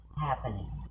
happening